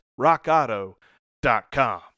rockauto.com